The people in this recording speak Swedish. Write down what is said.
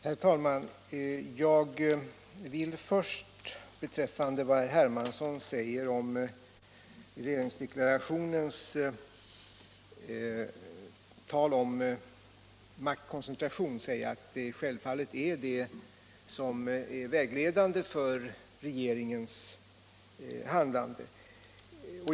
Herr talman! Jag vill till att börja med säga beträffande det som herr Hermansson anför om regeringsdeklarationens tal om maktkoncentration, att det självfallet är vägledande för regeringens handlande.